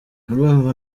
urumva